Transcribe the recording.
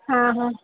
हा हा